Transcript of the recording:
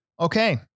Okay